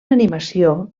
animació